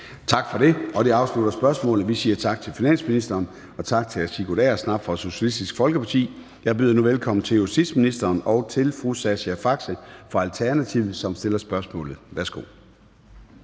Tak for det. Det afslutter spørgsmålet. Vi siger tak til finansministeren og tak til hr. Sigurd Agersnap fra Socialistisk Folkeparti. Jeg byder nu velkommen til justitsministeren og til fru Sascha Faxe fra Alternativet, som stiller spørgsmålet. Kl.